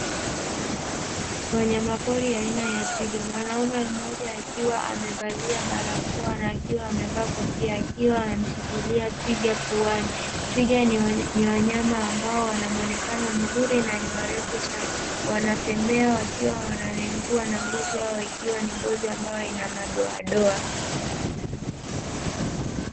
Wanyamapori aina ya twiga, mwanaume mmoja akiwa amevalia barakoa na akiwa amevaa kofia, akiwa amemshikilia twiga puani. Twiga ni wanyama ambao wana muonekano mzuri na ni warefu sana, wanatembea wakiwa wananengua na ngozi yao ikiwa ni ngozi ambayo ina madoadoa.